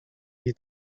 jej